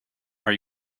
are